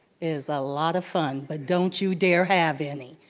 is a lot of fun but don't you dare have any.